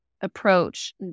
approach